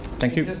thank you.